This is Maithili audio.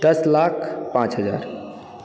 दस लाख पाँच हजार